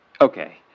Okay